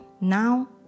Now